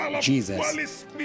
Jesus